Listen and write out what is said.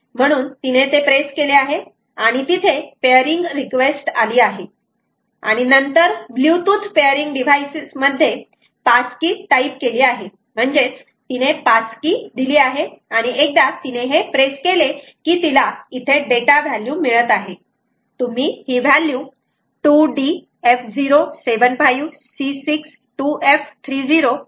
म्हणून तिने ते प्रेस केले आहे आणि तिथे पेअरिंग रिक्वेस्ट आली आहे आणि नंतर ब्लुटूथ पेअरिंग डिव्हाइस मध्ये पास की टाईप केली आहे म्हणजेच तिने पास की दिली आहे आणि एकदा तिने हे प्रेस केले की तिला इथे डेटा व्हॅल्यू मिळत आहे तुम्ही ही value 2D F0 7 5 C 6 2 F 3 0 इथे पाहू शकतात